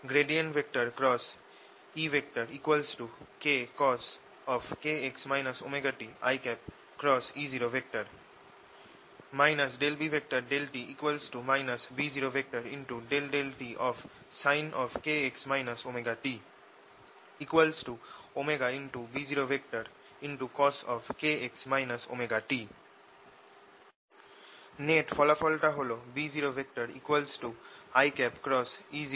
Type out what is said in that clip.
E kcos kx ωt iE0 B∂t B0∂tsin kx ωt ωB0cos kx ωt net ফলাফল টা হল B0k